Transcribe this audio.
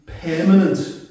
permanent